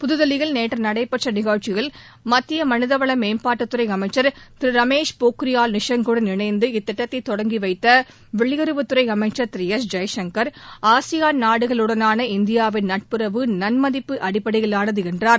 புதுதில்லியில் நேற்றுநடைபெற்றநிகழ்ச்சியில் மத்தியமனிதவளமேம்பாட்டுத்துறைஅமைச்சர் திருரமேஷ் பொக்ரியாலுடன் இணைந்து இத்திட்டத்தைதொடங்கிவைத்தவெளியுறவுத்துறைஅமைச்சர் திரு எஸ் ஜெய்சங்கர் ஆசியான் நாடுகளுடனான இந்தியாவின் நட்புறவு நன்மதிப்பு அடிப்படையிலானதுஎன்றார்